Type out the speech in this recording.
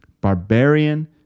barbarian